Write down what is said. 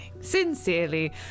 sincerely